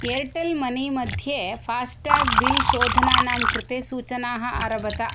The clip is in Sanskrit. एर्टेल् मनीमध्ये फ़ास्टाग् बिल् शोधनानां कृते सूचनाः आरभत